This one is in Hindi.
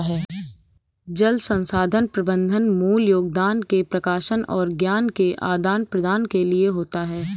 जल संसाधन प्रबंधन मूल योगदान के प्रकाशन और ज्ञान के आदान प्रदान के लिए होता है